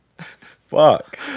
Fuck